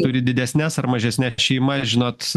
turi didesnes ar mažesnes šeimas žinot